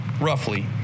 Roughly